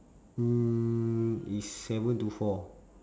mm is seven to four